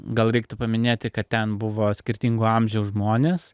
gal reiktų paminėti kad ten buvo skirtingo amžiaus žmonės